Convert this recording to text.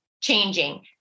changing